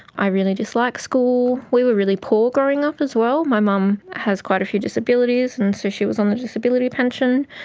i really disliked school. we were really poor growing up as well. my mum has quite a few disabilities, and so she was on the disability pension,